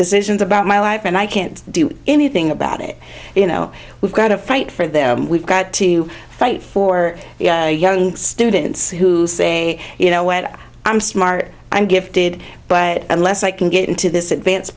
decisions about my life and i can't do anything about it you know we've got to fight for them we've got to fight for young students who say you know what i'm smart i'm gifted but unless i can get into this advanced